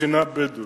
מכינה בדואית.